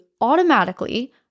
automatically